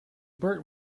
burt